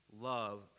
love